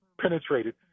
penetrated